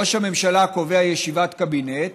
ראש הממשלה קובע ישיבת קבינט